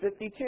52